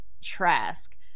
Trask